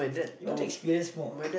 you want to experience more